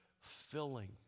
filling